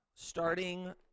Starting